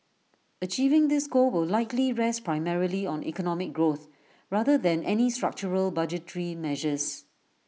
achieving this goal will likely rest primarily on economic growth rather than any structural budgetary measures